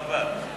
חבל,